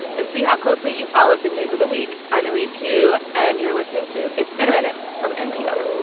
and see how closely you followed the news of the week. i'm elise hu. and you're listening to it's been a minute from npr